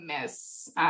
miss